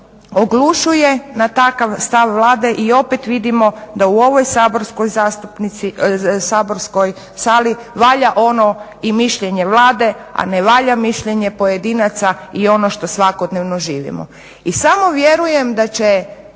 oglušuje na takav stav Vlade i opet vidimo da u ovom saborskoj sali valja oni i mišljenje Vlade, a ne valja mišljenje pojedinaca i ono što svakodnevno živimo. I samo vjerujem da će